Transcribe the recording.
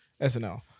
SNL